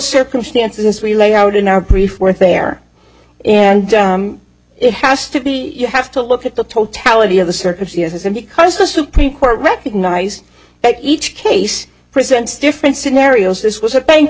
circumstances as we lay out in our grief were there and it has to be you have to look at the totality of the circumstances and because the supreme court recognized that each case presents different scenarios this was a bank